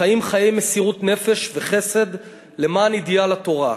חיים חיי מסירות נפש וחסד למען אידיאל התורה.